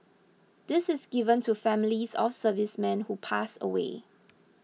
this is given to families of servicemen who pass away